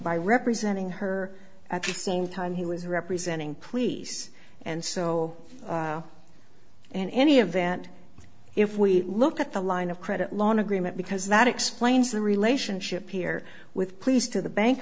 by representing her at the same time he was representing police and so in any event if we look at the line of credit loan agreement because that explains the relationship here with police to the bank